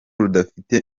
rudafite